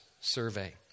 survey